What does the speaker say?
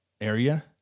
area